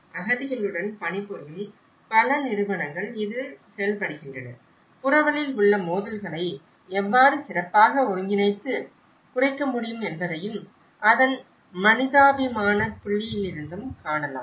அகதிகளுடன் பணிபுரியும் பல நிறுவனங்கள் இதில் செயல்படுகின்றன புரவலில் உள்ள மோதல்களை எவ்வாறு சிறப்பாக ஒருங்கிணைத்து குறைக்க முடியும் என்பதையும் அதன் மனிதாபிமான புள்ளியிலிருந்தும் காணலாம்